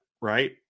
right